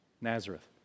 Nazareth